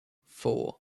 four